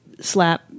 slap